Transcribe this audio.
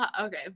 Okay